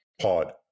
pod